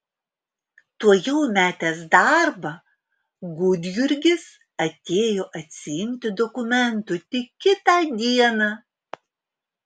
tuojau metęs darbą gudjurgis atėjo atsiimti dokumentų tik kitą dieną